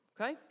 Okay